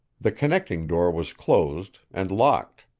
the connecting door was closed and locked,